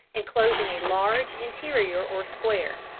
enclosing a large interior or square.